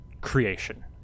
creation